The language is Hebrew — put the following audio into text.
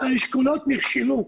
האשכולות נכשלו.